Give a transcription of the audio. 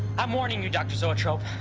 i'm warning you, dr. zoetrope.